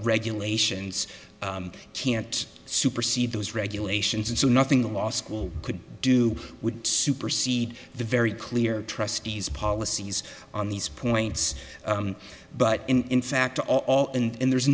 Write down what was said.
regulations can't supersede those regulations and so nothing the law school could do would supersede the very clear trustees policies on these points but in fact to all and there's